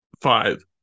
Five